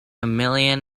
million